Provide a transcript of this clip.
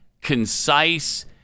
concise